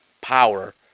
power